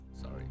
Sorry